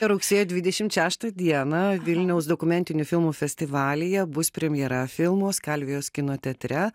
rugsėjo dvidešimt šeštą dieną vilniaus dokumentinių filmų festivalyje bus premjera filmo skalvijos kino teatre